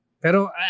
Pero